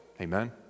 amen